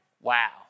Wow